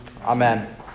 Amen